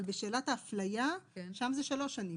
אבל בשאלת האפליה, שם זה שלוש שנים.